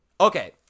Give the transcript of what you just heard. okay